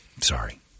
Sorry